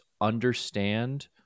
understand